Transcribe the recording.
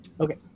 Okay